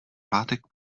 pátek